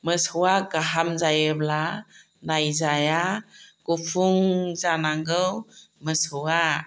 मोसौआ गाहाम जायोब्ला नायजाया गुफुं जानांगौ मोसौआ